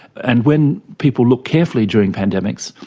and when people look carefully during pandemics,